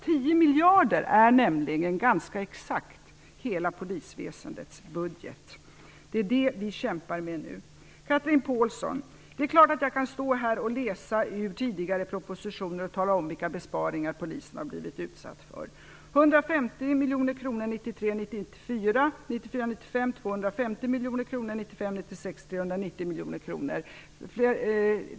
10 miljarder motsvarar nämligen ganska exakt hela polisväsendets budget. Det är detta vi kämpar med nu. Chatrine Pålsson, det är klart att jag kan stå här och läsa ur tidigare propositioner och tala om vilka besparingar Polisen har blivit utsatt för: 150 miljoner kronor år 1993 95, 390 miljoner kronor år 1995/96.